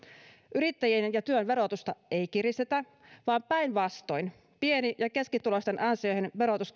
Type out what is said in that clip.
yrittäjien ja työn verotusta ei kiristetä vaan päinvastoin pieni ja keskituloisten ansioiden verotus